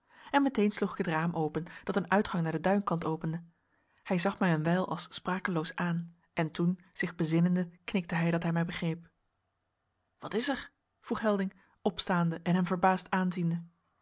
en meteen sloeg ik het raam open dat een uitgang naar den duinkant opende hij zag mij een wijl als sprakeloos aan en toen zich bezinnende knikte hij dat hij mij begreep wat is er vroeg helding opstaande en hem verbaasd aanziende